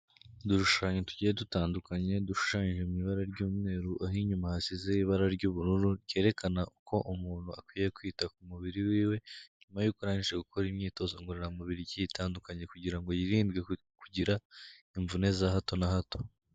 Udushushanyo tugiye dutandukanye dushushanyije mu ibara ry'umweru, aho inyuma hasizeho ibara ry'ubururu, ryerekana uko umuntu akwiye kwita ku mubiri wiwe, nyuma yuko arangije gukora imyitozo ngororamubiri igiye itandukanye. Kugira ngo hirindwe kugira imvune za hato na hato.